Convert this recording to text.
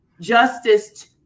justice